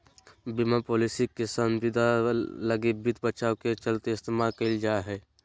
बीमा पालिसी के संविदा लगी वित्त बचाव के चलते इस्तेमाल कईल जा हइ